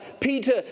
Peter